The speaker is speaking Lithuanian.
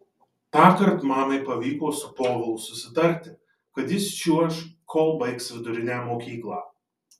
tąkart mamai pavyko su povilu susitarti kad jis čiuoš kol baigs vidurinę mokyklą